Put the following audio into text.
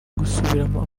gusubiramo